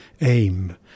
AIM